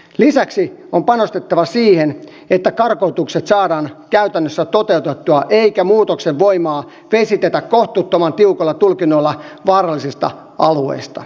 lisäksi on panostettava siihen että karkotukset saadaan käytännössä toteutettua eikä muutoksen voimaa vesitetä kohtuuttoman tiukoilla tulkinnoilla vaarallisista alueista